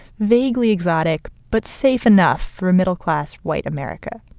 vaguely exotic, but safe enough for a middle-class white america.